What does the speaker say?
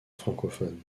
francophone